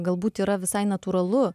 galbūt yra visai natūralu